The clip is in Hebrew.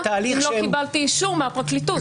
אם לא קיבלתי אישור מהפרקליטות.